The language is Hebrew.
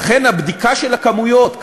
לכן הבדיקה של הכמויות,